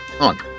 On